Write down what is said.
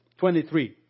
23